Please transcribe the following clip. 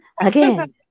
again